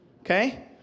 Okay